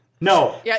No